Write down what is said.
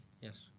Yes